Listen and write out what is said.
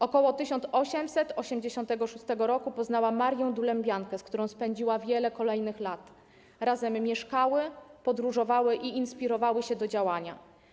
Około 1886 roku poznała Marię Dulębiankę, z którą spędziła wiele kolejnych lat - razem mieszkały, podróżowały i inspirowały się do działania.